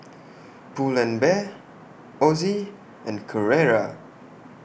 Pull and Bear Ozi and Carrera